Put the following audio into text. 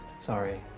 Sorry